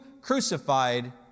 crucified